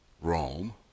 Rome